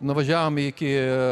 nuvažiavom į iki